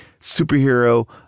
superhero